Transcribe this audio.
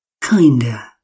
kinder